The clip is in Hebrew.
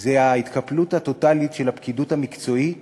זה ההתקפלות הטוטלית של הפקידות המקצועית